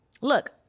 Look